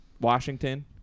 Washington